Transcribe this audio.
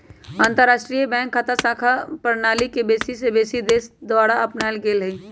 अंतरराष्ट्रीय बैंक खता संख्या प्रणाली के बेशी से बेशी देश द्वारा अपनाएल गेल हइ